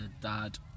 dad